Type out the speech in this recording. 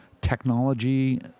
technology